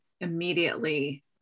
immediately